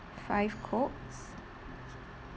five Cokes